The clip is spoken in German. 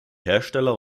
hersteller